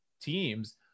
teams